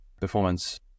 performance